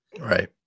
Right